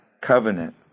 covenant